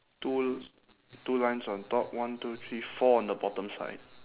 two l~ two lines on top one two three four on the bottom side